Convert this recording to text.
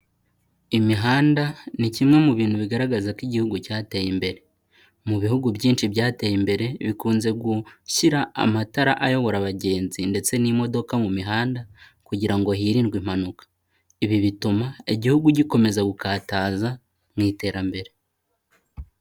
Imihanda ni kimwe mu bintu bigaragaza ko igihugu cyateye imbere. Mu bihugu byinshi byateye imbere, bikunze gushyira amatara ayobora abagenzi ndetse n'imodoka mu mihanda, kugira ngo hirindwe impanuka. Ibi bituma igihugu gikomeza gukataza mu iterambere.